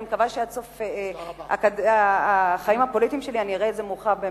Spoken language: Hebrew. אני מקווה שעד סוף החיים הפוליטיים שלי אני אראה את זה מורחב,